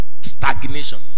Stagnation